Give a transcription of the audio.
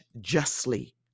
justly